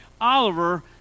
Oliver